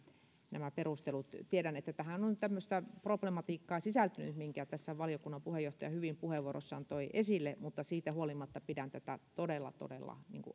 perustelut tiedän että tähän on sisältynyt tämmöistä problematiikkaa minkä tässä valiokunnan puheenjohtaja hyvin puheenvuorossaan toi esille mutta siitä huolimatta pidän tätä todella todella